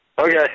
Okay